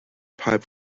pipe